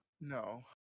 No